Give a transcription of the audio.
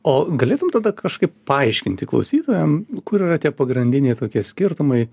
o galėtum tada kažkaip paaiškinti klausytojam kur yra tie pagrindiniai tokie skirtumai